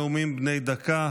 נאומים בני דקה.